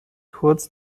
kurz